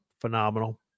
phenomenal